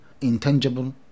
intangible